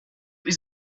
was